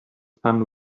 sun